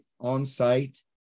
on-site